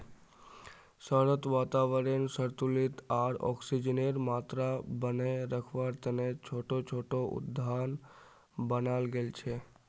शहरत वातावरनक संतुलित आर ऑक्सीजनेर मात्रा बनेए रखवा तने छोटो छोटो उद्यान बनाल गेल छे